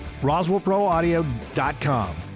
roswellproaudio.com